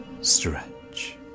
stretch